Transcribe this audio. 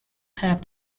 have